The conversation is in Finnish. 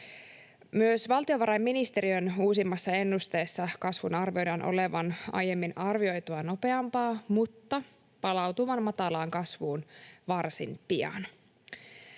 Myös valtiovarainministeriön uusimmassa ennusteessa kasvun arvioidaan olevan aiemmin arvioitua nopeampaa mutta palautuvan matalaan kasvuun varsin pian.